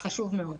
זה חשוב מאוד.